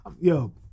yo